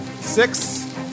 Six